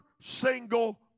single